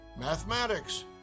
Mathematics